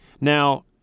Now